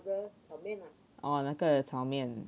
哦那个炒面